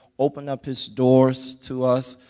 opened up his doors to us.